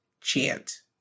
chant